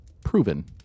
proven